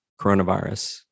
coronavirus